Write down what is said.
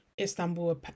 Istanbul